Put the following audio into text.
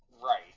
right